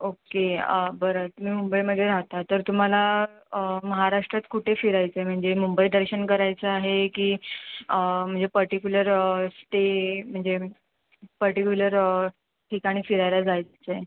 okay बरं तुम्ही मुंबईमध्ये राहता तर तुम्हाला महाराष्ट्रात कुठे फिरायचं आहे म्हणजे मुंबई दर्शन करायचं आहे की म्हणजे पर्टिक्युलर स्टे म्हणजे पर्टिक्युलर ठिकाणी फिरायला जायचं आहे